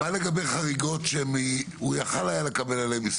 מה לגבי חריגות שהוא יכל לקבל עליהן,